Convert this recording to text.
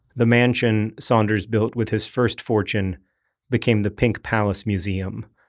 the mansion saunders built with his first fortune became the pink palace museum,